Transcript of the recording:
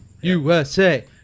USA